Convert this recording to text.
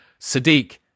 Sadiq